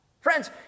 Friends